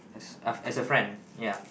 as a as a friend ya